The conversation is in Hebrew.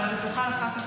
אבל אתה תוכל אחר כך,